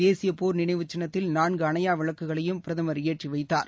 தேசிய போர் நினைவு சின்னத்தில் நான்கு அணையா விளக்குகளையும் பிரதம் ஏற்றி வைத்தார்